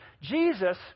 Jesus